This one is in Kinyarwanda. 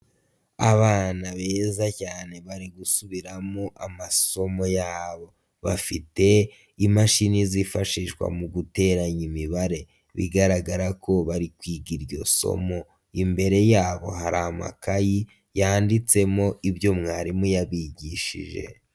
Abana beza cyane bari gusubiramo amasomo yabo, bafite imashini zifashishwa mu guteranya imibare bigaragara ko bari kwiga iryo somo, imbere yabo hari amakayi yanditsemo ibyo mwarimu yabigishije.